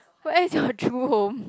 where is your true home